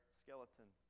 skeleton